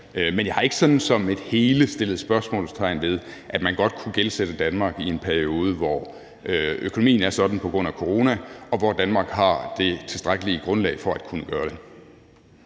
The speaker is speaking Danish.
men jeg har ikke som et hele sat spørgsmålstegn ved, at man godt kunne gældsætte Danmark i en periode, hvor økonomien er sådan på grund af corona, og hvor Danmark har det tilstrækkelige grundlag for at kunne gøre det.